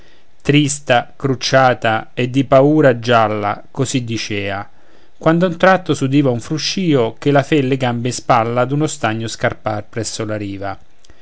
trista crucciata e di paura gialla così dicea quando a un tratto s'udiva un fruscìo che la fe le gambe in spalla d'uno stagno scappar presso la riva